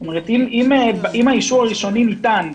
אם האישור הראשוני ניתן,